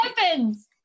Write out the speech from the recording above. weapons